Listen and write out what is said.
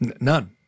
None